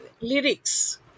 lyrics